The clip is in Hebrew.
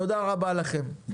תודה רבה לכם.